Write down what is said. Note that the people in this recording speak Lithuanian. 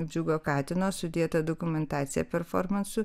džiugo katino sudėtą dokumentacija performansui